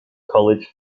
college